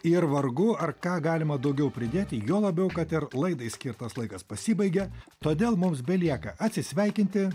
ir vargu ar ką galima daugiau pridėti juo labiau kad ir laidai skirtas laikas pasibaigė todėl mums belieka atsisveikinti